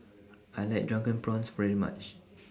I like Drunken Prawns very much